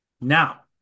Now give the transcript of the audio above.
Now